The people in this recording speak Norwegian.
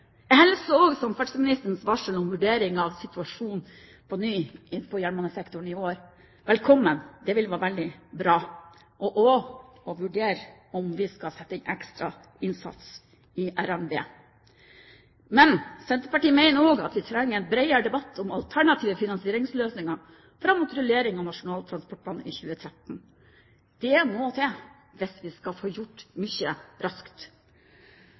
samferdselsministerens varsel om vurdering av situasjonen på ny på jernbanesektoren i år velkommen. Det vil være veldig bra, og også å vurdere om vi skal sette inn ekstra innsats i RNB. Men Senterpartiet mener også at vi trenger en bredere debatt om alternative finansieringsløsninger fram mot rullering av Nasjonal transportplan i 2013. Det må til hvis vi skal få gjort mye raskt.